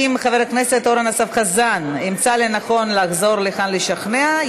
אם חבר הכנסת אורן אסף חזן ימצא לנכון לחזור לכאן לשכנע,